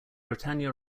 britannia